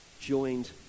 Joined